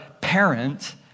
parent